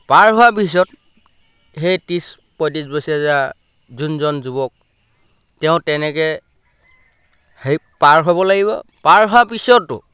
পাৰ হোৱাৰ পিছত সেই ত্ৰিছ পঁয়ত্ৰিছ বছৰীয়া যোনজন যুৱক তেওঁ তেনেকৈ হেৰি পাৰ হ'ব লাগিব পাৰ হোৱাৰ পিছতো